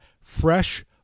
fresh